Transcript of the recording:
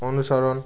অনুসরণ